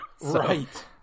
Right